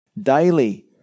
daily